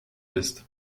ist